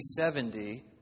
70